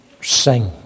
sing